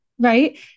Right